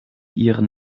ihren